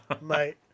Mate